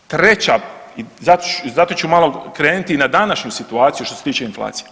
Treća i zato ću malo krenuti na današnju situaciju što se tiče inflacije.